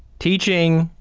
teaching